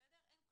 אין כלום.